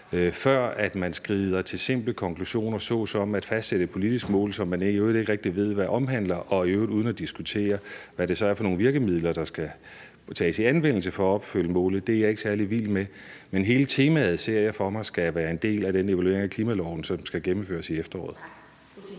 før man skrider til simple konklusioner, såsom at fastsætte et politisk mål, som man i øvrigt ikke rigtig ved hvad omhandler, og i øvrigt uden at diskutere, hvad det så er for nogle virkemidler, der skal tages i anvendelse for at opfylde målet. Det er jeg ikke særlig vild med. Men hele temaet ser jeg for mig skal være en del af den evaluering af klimaloven, som skal gennemføres i efteråret.